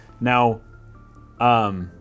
Now